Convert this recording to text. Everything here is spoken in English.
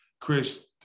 Chris